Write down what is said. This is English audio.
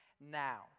now